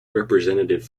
representative